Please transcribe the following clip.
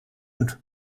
und